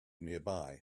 nearby